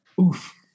Oof